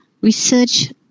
research